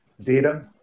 data